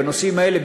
בנושאים האלה,